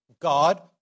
God